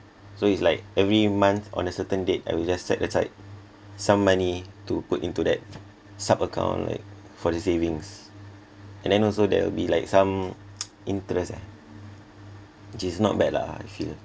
so it's like every month on a certain date I will just set aside some money to put into that sub account like for the savings and then also there will be like some interest ah which is not bad lah i feel